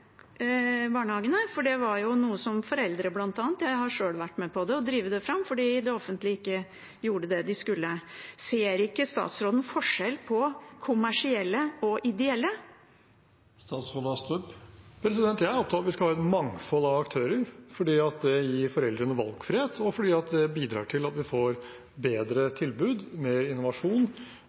barnehagene. Det var noe som bl.a. foreldre drev fram – jeg har sjøl vært med på det – fordi det offentlige ikke gjorde det de skulle. Ser ikke statsråden forskjell på kommersielle og ideelle? Jeg er opptatt av at vi skal ha et mangfold av aktører, fordi det gir foreldrene valgfrihet, og fordi det bidrar til at vi får bedre tilbud, mer innovasjon